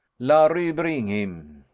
larry bring him.